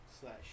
slash